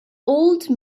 old